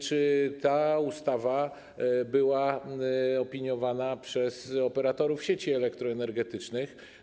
Czy ta ustawa była opiniowana przez operatorów sieci elektroenergetycznych?